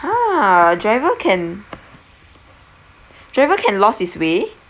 !huh! driver can driver can lost his way